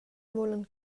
vulan